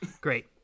Great